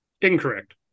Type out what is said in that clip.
incorrect